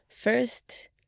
First